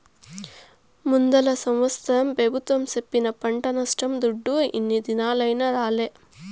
ముందల సంవత్సరం పెబుత్వం సెప్పిన పంట నష్టం దుడ్డు ఇన్ని దినాలైనా రాలే